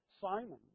Simon